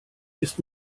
ist